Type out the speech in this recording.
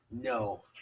No